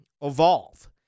evolve